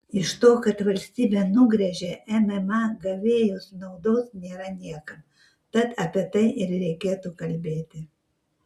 iš to kad valstybė nugręžia mma gavėjus naudos nėra niekam tad apie tai ir reikėtų kalbėti